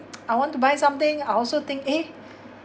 I want to buy something I also think eh